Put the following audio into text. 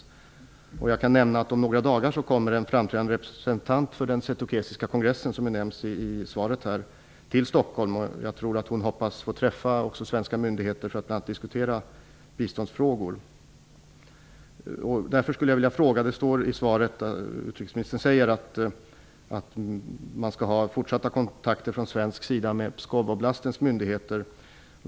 Om några dagar kommer en framträdande representant för den setukesiska kongressen, som nämns i svaret, till Stockholm. Hon hoppas säkerligen att få träffa företrädare för svenska myndigheter för att bl.a. diskutera biståndsfrågor. Utrikesministern säger att man skall ha fortsatta kontakter från svensk sida med Pskov-Oblastens myndigheter.